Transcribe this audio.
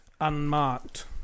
unmarked